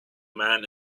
man